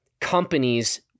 companies